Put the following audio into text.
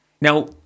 Now